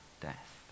death